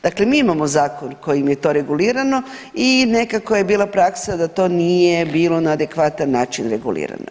Dakle, mi imamo zakon kojim je to regulirano i nekako je bila praksa da to nije bilo na adekvatan način regulirano.